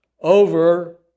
over